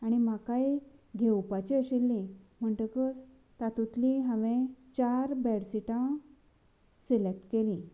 आनी म्हाकाय घेवपाचीं आशिल्लीं म्हणटकर तातूंतलीं हांवेन चार बेडशीटां सिलेक्ट केलीं